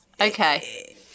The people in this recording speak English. Okay